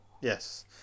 Yes